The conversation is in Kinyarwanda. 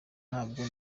ntabwo